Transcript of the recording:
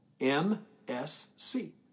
M-S-C